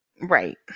Right